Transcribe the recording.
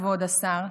כבוד השר,